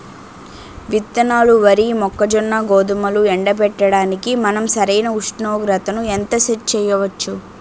విత్తనాలు వరి, మొక్కజొన్న, గోధుమలు ఎండబెట్టడానికి మనం సరైన ఉష్ణోగ్రతను ఎంత సెట్ చేయవచ్చు?